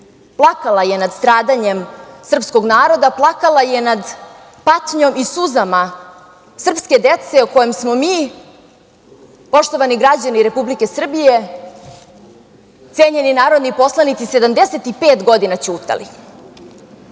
plakala je nad stradanjem srpskog naroda, plakala je nad patnjom i suzama srpske dece o kojima smo mi, poštovani građani Republike Srbije, cenjeni narodni poslanici, 75 godina ćutali. Dakle,